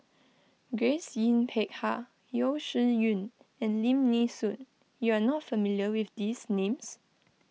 Grace Yin Peck Ha Yeo Shih Yun and Lim Nee Soon you are not familiar with these names